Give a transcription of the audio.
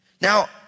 Now